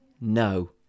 No